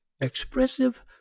expressive